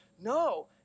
No